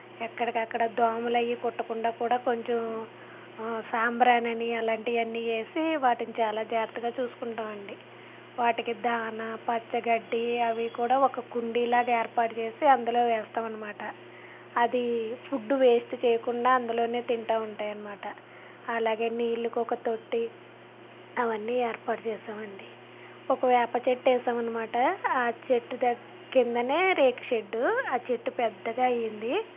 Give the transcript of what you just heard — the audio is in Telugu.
ఎక్కడికక్కడ దోమలవీ కొట్టకుండా కూడా కొంచెం సాంబ్రాణి అని అలాంటివన్ని వేసి వాటిని చాలా జాగ్రత్తగా చూసుకుంటాం అండి వాటికి దాన పచ్చగడ్డి అవి కూడా ఒక కుండీలాగా ఏర్పాటు చేసి అందులో వేస్తాం అనమాట అది ఫుడ్ వేస్ట్ చేయకుండా అందులోనే తింటూ ఉంటాయనమాట అలాగే నీళ్ళు ఒక తొట్టి అవన్నీ ఏర్పాటు చేసామండి ఒక వేప చెట్టు వేసాం అనమాట ఆ చెట్టు దగ్గర కిందనే రేకు షెడ్ ఆ చెట్టు పెద్దగా అయింది